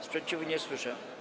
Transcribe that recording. Sprzeciwu nie słyszę.